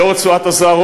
ללא רצועת-עזה,